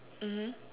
mm